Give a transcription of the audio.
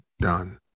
done